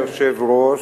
אדוני היושב-ראש,